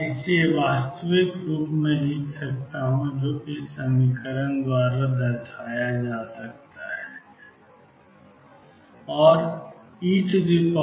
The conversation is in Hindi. मैं इसे वास्तविक रूप में भी लिख सकता हूं cos 2mE2x या sin 2mE2x